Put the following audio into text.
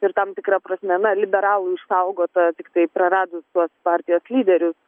ir tam tikra prasme na liberalų išsaugota tiktai praradus tuos partijos lyderius